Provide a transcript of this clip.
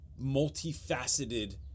multifaceted